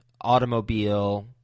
automobile